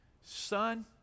Son